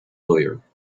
lawyer